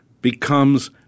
becomes